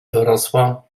dorosła